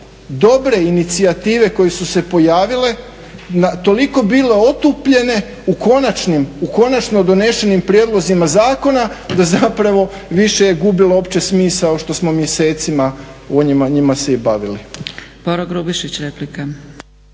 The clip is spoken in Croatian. dobre inicijative koje su se pojavile toliko bile otupljene u konačno donešenim prijedlozima zakona da zapravo više je gubilo uopće smisao što smo mjesecima njima se i bavili.